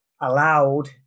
allowed